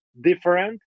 different